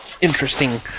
interesting